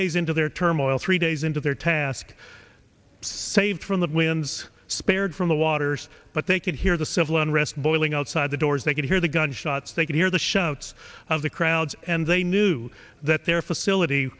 days into their turmoil three days into their task saved from the twins spared from the waters but they could hear the civil unrest boiling outside the doors they could hear the gunshots they could hear the shouts of the crowds and they knew that their facility